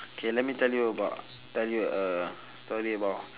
K let me tell you about tell you a story about